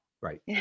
right